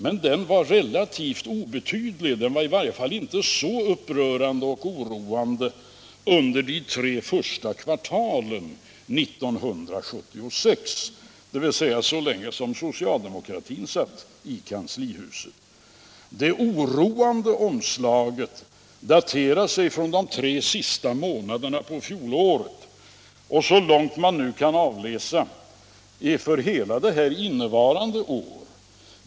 Men den var relativt obetydlig — den var i varje fall inte så upprörande och oroande — under de tre första kvartalen 1976, dvs. så länge socialdemokratin satt i kanslihuset. Det oroande omslaget daterar sig från de tre sista månaderna under fjolåret och fortsätter så långt det nu kan avläsas hela det innevarande året.